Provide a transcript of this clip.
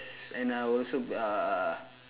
and I also uh